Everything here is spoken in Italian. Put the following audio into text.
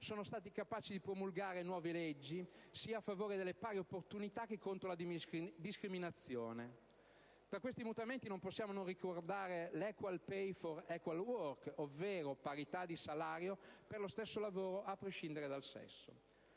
sono stati capaci di promulgare nuove leggi sia in favore delle pari opportunità, che contro la discriminazione. Tra questi mutamenti non possiamo non ricordare l'*Equal Pay for Equal Work* ovvero parità di salario per lo stesso lavoro a prescindere dal sesso.